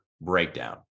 breakdown